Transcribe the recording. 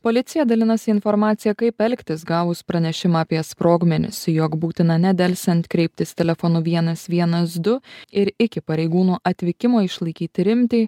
policija dalinasi informacija kaip elgtis gavus pranešimą apie sprogmenis jog būtina nedelsiant kreiptis telefonu vienas vienas du ir iki pareigūnų atvykimo išlaikyti rimtį